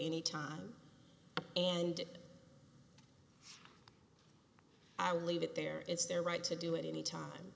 any time and i leave it there it's their right to do it any time